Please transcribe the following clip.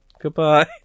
goodbye